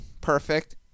Perfect